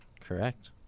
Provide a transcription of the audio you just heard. correct